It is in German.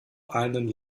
einen